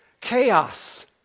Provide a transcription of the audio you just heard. chaos